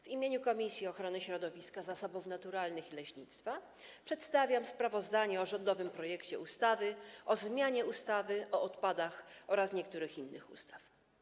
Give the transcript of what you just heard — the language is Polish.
W imieniu Komisji Ochrony Środowiska, Zasobów Naturalnych i Leśnictwa przedstawiam sprawozdanie o rządowym projekcie ustawy o zmianie ustawy o odpadach oraz niektórych innych ustaw.